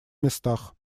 местах